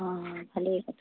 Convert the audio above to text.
অঁ খালী